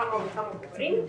כמה וכמה כפרים,